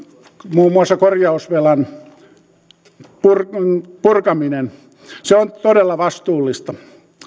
muun muassa korjausvelan purkaminen on todella vastuullista